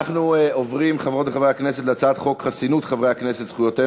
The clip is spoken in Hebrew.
עוד דבר מעניין, לגבי השרירותיות.